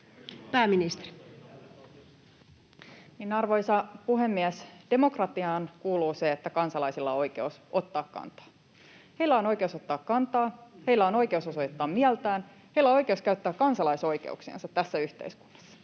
Arvoisa puhemies! Demokratiaan kuuluu se, että kansalaisilla on oikeus ottaa kantaa. Heillä on oikeus ottaa kantaa, heillä on oikeus osoittaa mieltään, heillä on oikeus käyttää kansalaisoikeuksiansa tässä yhteiskunnassa.